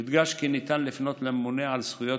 יודגש כי ניתן לפנות לממונה על זכויות